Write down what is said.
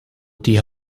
die